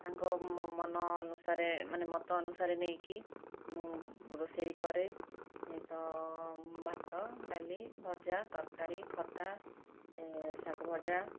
ତାଙ୍କ ମନ ଅନୁସାରେ ମାନେ ମତ ଅନୁସାରେ ନେଇକି ମୁଁ ରୋଷେଇ କରେ ତ ଭାତ ଡାଲି ଭଜା ତରକାରୀ ଖଟା ଶାଗ ଭଜା